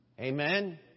Amen